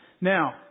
Now